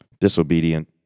Disobedient